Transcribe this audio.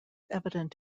evident